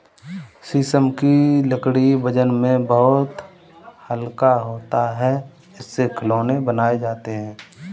शीशम की लकड़ी वजन में बहुत हल्का होता है इससे खिलौने बनाये जाते है